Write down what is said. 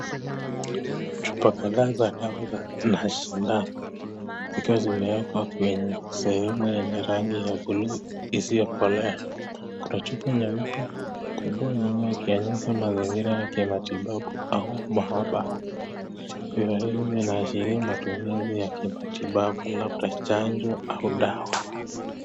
Chupa kadhaa za dawa na sindano, zikiwa zimewekwa kwenye sehemu yenye rangi ya buluu isiyo kolea ,kuna chupa nyeupe kubwa nyuma ikionyesha mazingira ya kimatibabu au mahabara, chupa hili linaashiria matumizi ya kimatibabu labda chanjo au dawa.